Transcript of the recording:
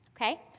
Okay